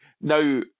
Now